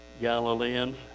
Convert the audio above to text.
Galileans